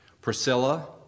Priscilla